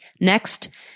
Next